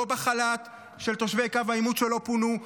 לא בחל"ת של תושבי קו העימות שלא פונו,